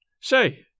Say